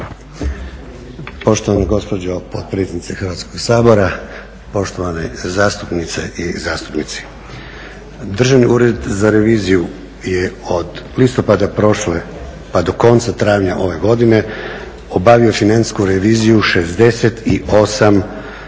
Poštovana gospođo potpredsjednice Hrvatskog sabora, poštovane zastupnice i zastupnici. Državni ured za reviziju je od listopada prošle pa do konca travnja ove godine obavio financijsku reviziju 68